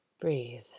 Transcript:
Breathe